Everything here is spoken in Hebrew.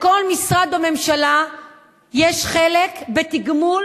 לכל משרד בממשלה יש חלק בתגמול